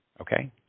Okay